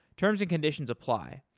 terms and conditions apply.